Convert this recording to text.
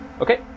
Okay